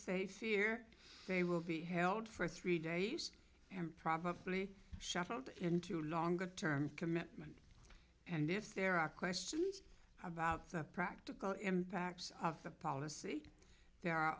fear they will be held for three days and probably shuttled into longer term commitment and if there are questions about the practical impacts of the policy there are